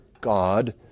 God